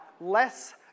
less